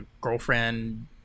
girlfriend